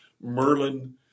Merlin